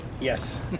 Yes